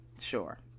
Sure